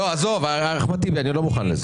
מקרקעין.